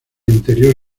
interior